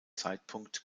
zeitpunkt